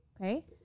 Okay